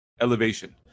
elevation